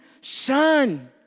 son